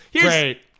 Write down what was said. great